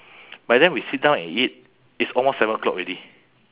by then we sit down and eat it's almost seven o'clock already